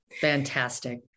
Fantastic